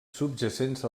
subjacents